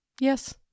Yes